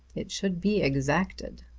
it should be exacted.